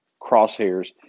crosshairs